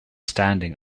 standing